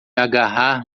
agarrar